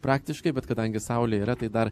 praktiškai bet kadangi saulė yra tai dar